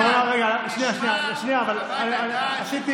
רגע, עשיתי,